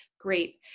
Great